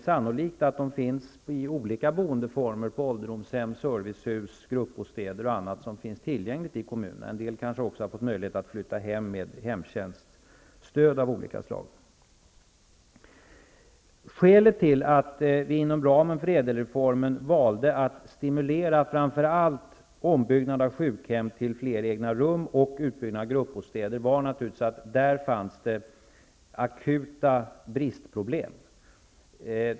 Sannolikt finns de i olika boendeformer: ålderdomshem, servicehus, gruppbostäder och annat som finns tillgängligt i kommunen. En del har kanske också fått möjlighet att flytta hem med hemtjänststöd av olika slag. Skälet till att vi inom ramen för Ädelreformen valde att stimulera framför allt ombyggnad av sjukhem till fler egna rum och utbyggnad av gruppbostäder var naturligtvis att det där fanns akuta bristproblem.